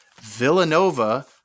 Villanova